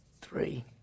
three